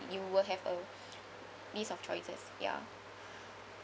you will have a list of choices ya